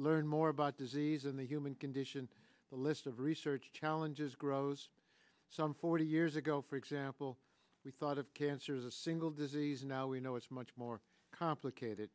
learn more about disease in the human condition the list of research challenges grows some forty years ago for example we thought of cancer as a single disease now we know it's much more complicated